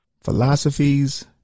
philosophies